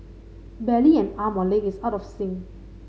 barely an arm or leg is out of sync